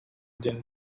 din